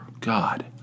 God